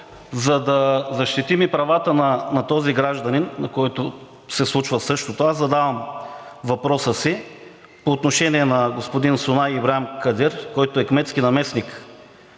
за да защитим и правата на този гражданин, на когото се случва същото, аз задавам въпроса си по отношение на господин Сунай Ибрахим Кадир, който е кметски наместник